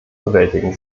bewältigen